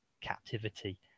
captivity